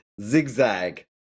Zigzag